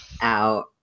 out